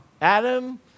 Adam